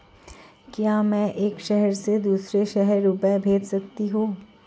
क्या मैं एक शहर से दूसरे शहर रुपये भेज सकती हूँ?